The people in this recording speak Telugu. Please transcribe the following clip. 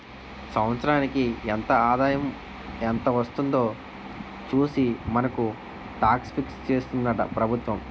సంవత్సరానికి ఎంత ఆదాయం ఎంత వస్తుందో చూసి మనకు టాక్స్ ఫిక్స్ చేస్తుందట ప్రభుత్వం